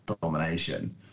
domination